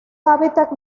hábitat